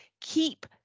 keep